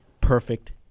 perfect